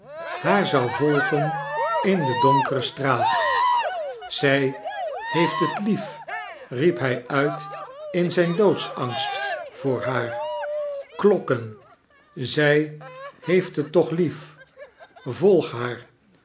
haar zou volgen in de donkere straat zij heeft het lief riep hij uit in zijn doodsangst voor haar klokken zij heeft het toch lief volg haar